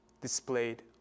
displayed